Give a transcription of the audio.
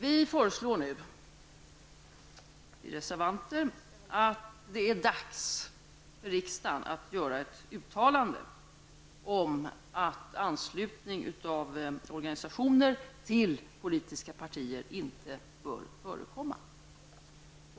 Vi reservanter anser nu att det är dags för riksdagen att göra ett uttalande om att anslutning av organisationer till politiska partier inte bör förekomma.